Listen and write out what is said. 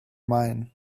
mine